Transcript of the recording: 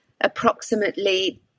approximately